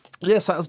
Yes